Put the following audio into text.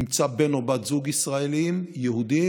ימצא בן או בת זוג ישראלים יהודים,